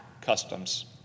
customs